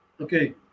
okay